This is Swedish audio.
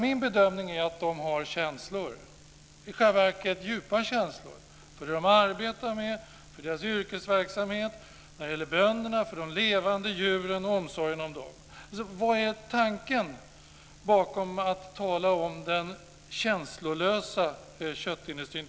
Min bedömning är att de har känslor, i själva verket djupa känslor, för det de arbetar med, för sin yrkesverksamhet. Bönderna har känslor för de levande djuren och omsorgen om dem. Vad är tanken bakom att tala om den känslolösa köttindustrin?